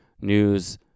news